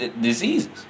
diseases